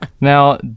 Now